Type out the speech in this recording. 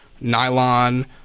nylon